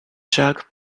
jug